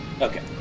okay